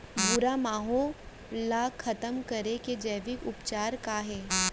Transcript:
भूरा माहो ला खतम करे के जैविक उपचार का हे?